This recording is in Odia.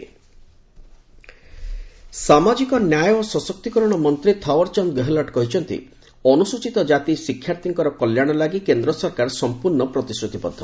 ଗେହଲଟ୍ ସ୍କଲାରସିପ୍ ସାମାଜିକ ନ୍ୟାୟ ଓ ସଶକ୍ତିକରଣ ମନ୍ତ୍ରୀ ଥାଓ୍ୱର୍ଚନ୍ଦ ଗେହଲଟ୍ କହିଛନ୍ତି ଅନୁସ୍କଚିତ କାତି ଶିକ୍ଷାର୍ଥୀଙ୍କର କଲ୍ୟାଶ ଲାଗି କେନ୍ଦ୍ ସରକାର ସମ୍ପର୍ଣ୍ଣ ପ୍ରତିଶ୍ରତିବଦ୍ଧ